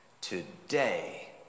Today